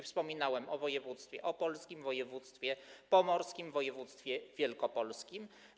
Wspominałem o województwie opolskim, województwie pomorskim i województwie wielkopolskim.